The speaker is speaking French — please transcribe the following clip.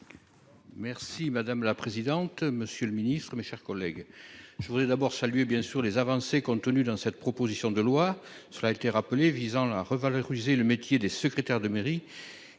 Merci madame la présidente. Monsieur le Ministre, mes chers collègues, je voudrais d'abord saluer bien sûr les avancées contenues dans cette proposition de loi sur l'été rappelé visant à revaloriser le métier des secrétaires de mairie.